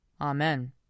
Amen